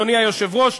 אדוני היושב-ראש,